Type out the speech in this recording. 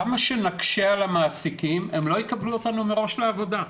כמה שנקשה על המעסיקים הם לא יקבלו אותנו מראש לעבודה.